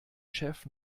chef